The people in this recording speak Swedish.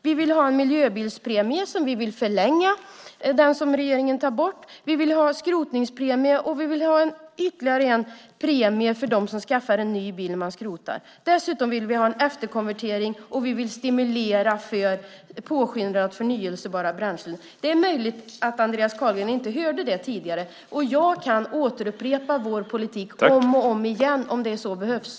Vi vill förlänga miljöbilspremien, den som regeringen tar bort. Vi vill ha skrotningspremie. Vi vill också ha en premie för den som skaffar ny bil när man skrotar den gamla. Dessutom vill vi ha efterkonvertering och stimulera påskyndandet av förnybara bränslen. Det är möjligt att Andreas Carlgren inte hörde detta tidigare. Jag kan upprepa vår politik om och om igen om det behövs.